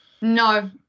No